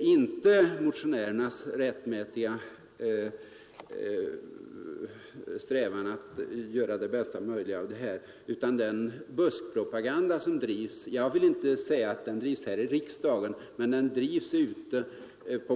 inte motionärernas rättmätiga strävan att göra det bästa möjliga av det här, utan den buskpropaganda som bedrivs. Jag har inte sagt att den bedrivs här i riksdagen men väl på många andra håll.